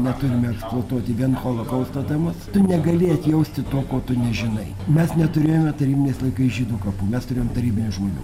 neturime eksploatuoti vien holokausto temos tu negali atjausti to ko tu nežinai mes neturėjome tarybiniais laikais žydų kapų mes turėjom tarybinių žmonių